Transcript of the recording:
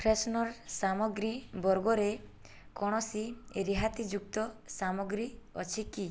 freshener ସାମଗ୍ରୀ ବର୍ଗରେ କୌଣସି ରିହାତିଯୁକ୍ତ ସାମଗ୍ରୀ ଅଛି କି